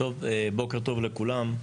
בוקר טוב לכולם,